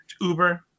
uber